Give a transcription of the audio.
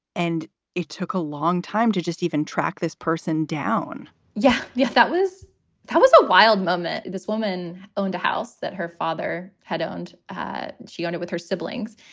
and it took a long time to just even track this person down yeah. yes. that was that was a wild moment. this woman owned a house that her father had owned. ah she owned it with her siblings,